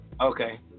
Okay